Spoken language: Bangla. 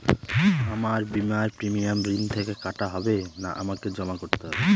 আমার বিমার প্রিমিয়াম ঋণ থেকে কাটা হবে না আমাকে জমা করতে হবে?